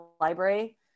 library